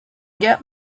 get